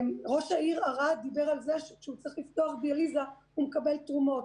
ראש העיר ערד דיבר על זה שכשהוא צריך לפתוח דיאליזה הוא מקבל תרומות.